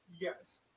Yes